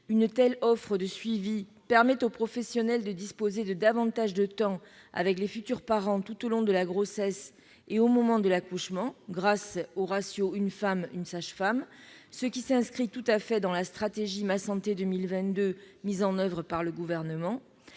Une telle offre de suivi permet aux professionnels de disposer de plus de temps avec les futurs parents tout au long de la grossesse et au moment de l'accouchement, grâce au ratio une femme pour une sage-femme, ce qui s'inscrit tout à fait dans la stratégie Ma santé 2022 mise en oeuvre par le Gouvernement.